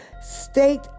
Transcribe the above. state